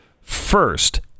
First